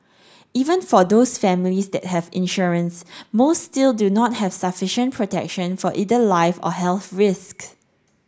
even for those families that have insurance most still do not have sufficient protection for either life or health risks